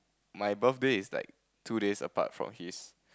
my birthday is like two days apart from his